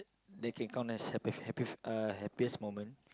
that can count as happy happy uh happiest moment